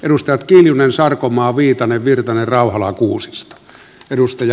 edustajat kiljunen sarkomaa viitanen virtanen rauhala ja kuusisto